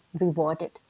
rewarded